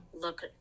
look